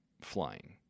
flying